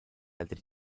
altri